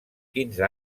quinze